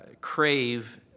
crave